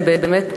באמת,